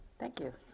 thank you.